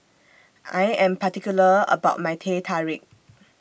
I Am particular about My Teh Tarik